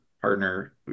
partner